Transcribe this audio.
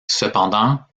cependant